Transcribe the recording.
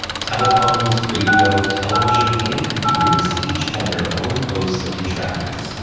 telephones, radio, television, and computers. each had their own host of detractors.